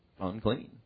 unclean